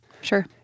Sure